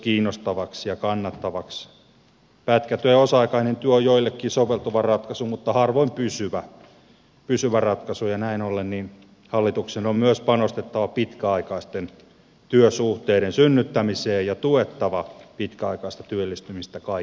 pätkätyö ja osa aikainen työ on joillekin soveltuva ratkaisu mutta harvoin pysyvä ratkaisu ja näin ollen hallituksen on myös panostettava pitkäaikaisten työsuhteiden synnyttämiseen ja tuettava pitkäaikaista työllistymistä kaikin keinoin